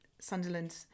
Sunderland